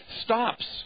stops